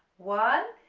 one,